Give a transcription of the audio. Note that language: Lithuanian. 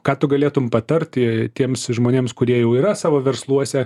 ką tu galėtum patarti tiems žmonėms kurie jau yra savo versluose